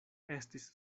estis